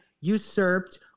usurped